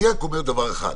אני רק אומר דבר אחד,